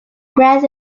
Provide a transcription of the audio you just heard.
graz